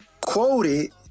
quoted